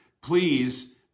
please